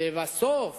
ובסוף